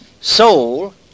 soul